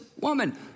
woman